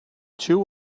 two